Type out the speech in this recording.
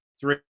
three